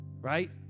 right